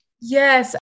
Yes